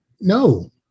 no